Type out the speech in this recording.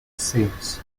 themes